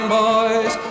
boys